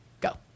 Go